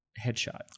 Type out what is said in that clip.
headshot